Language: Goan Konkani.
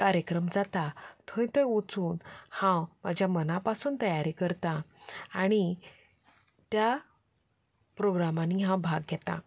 कार्यक्रम जाता थंय थंय वचून हांव म्हज्या मना पासून तयारी करता आणी त्या प्रोग्रामांनी हांव भाग घेतां